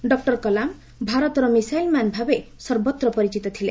doctor Kalam ଭାରତର missile man ଭାବେ ସର୍ବତ୍ର ପରିଚିତ ଥିଲେ